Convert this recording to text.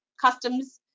customs